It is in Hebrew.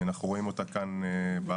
אנחנו רואים אותה כאן בארץ,